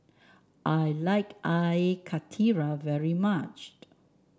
I like Air Karthira very much